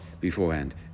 beforehand